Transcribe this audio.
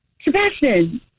Sebastian